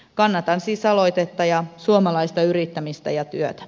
kannatan siis aloitetta ja suomalaista yrittämistä ja työtä